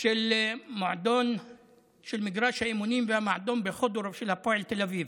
של מגרש האימונים והמועדון בחודורוב של הפועל תל אביב,